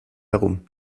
herum